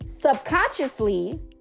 subconsciously